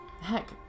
heck